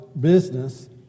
business